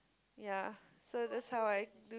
ya so that's how I